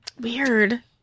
Weird